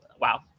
Wow